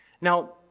Now